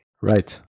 Right